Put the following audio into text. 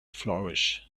flourish